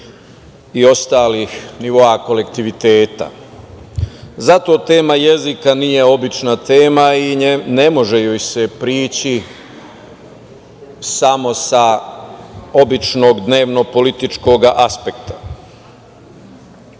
i ostalih nivoa kolektiviteta. Zato tema jezika nije obična tema i ne može joj se prići samo sa običnog dnevno-političkog aspekta. Osnov